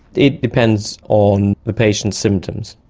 it depends on the patient's symptoms.